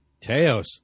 Teos